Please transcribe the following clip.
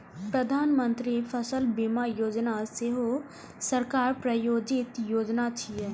प्रधानमंत्री फसल बीमा योजना सेहो सरकार प्रायोजित योजना छियै